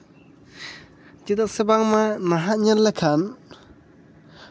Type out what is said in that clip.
ᱪᱮᱫᱟᱜ ᱥᱮ ᱵᱟᱝᱢᱟ ᱱᱟᱦᱟᱜ ᱧᱮᱞ ᱞᱮᱠᱷᱟᱱ